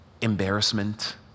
embarrassment